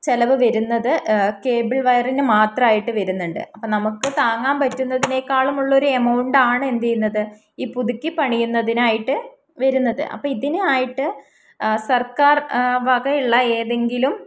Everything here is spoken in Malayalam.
ചിലവ് വരുന്നത് കേബിൾ വയറിന് മാത്രമായിട്ട് വരുന്നുണ്ട് അപ്പോൾ നമുക്ക് താങ്ങാൻ പറ്റുന്നതിനേക്കാളും ഉള്ളൊരു എമൗണ്ടാണ് എന്ത് ചെയ്യുന്നത് ഈ പുതുക്കി പണിയുന്നതിനായിട്ട് വരുന്നത് അപ്പോൾ ഇതിനായിട്ട് സർക്കാർ വകയുള്ള ഏതെങ്കിലും